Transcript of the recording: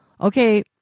okay